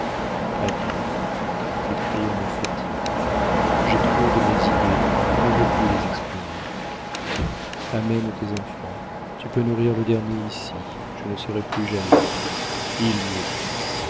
adieu t'écrire me fatigue j'ai trop de mes idées je ne veux plus les exprimer amène tes enfants tu peux nourrir le dernier ici je ne serai plus jalouse il n'y est plus